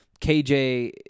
KJ